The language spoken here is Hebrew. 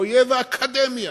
אויב האקדמיה,